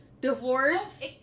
Divorce